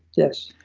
yes.